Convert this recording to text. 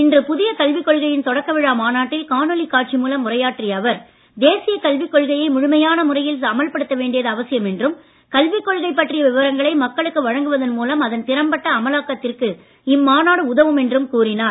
இன்று புதிய கல்விக் கொள்கையின் தொடக்க விழா மாநாட்டில் காணொலி காட்சி மூலம் உரையாற்றிய அவர் தேசிய கல்விக் கொள்கையை முழுமையான முறையில் அமல்படுத்த வேண்டியது அவசியம் என்றும் கல்விக் கொள்கை பற்றிய விவரங்களை மக்களுக்கு வழங்குவதன் மூலம் அதன் திறம்பட்ட அமலாக்கத்திற்கு இம்மாநாடு உதவும் என்றும் கூறினார்